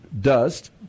dust